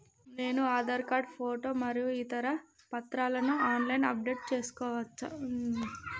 నేను Aadhaar card photo మరియు ఇతర పత్రాలను ఆన్ లైన్ అప్ డెట్ చేసుకోవచ్చా?